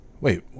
wait